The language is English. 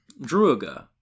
Druaga